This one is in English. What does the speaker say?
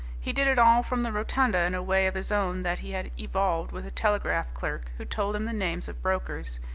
he did it all from the rotunda in a way of his own that he had evolved with a telegraph clerk who told him the names of brokers,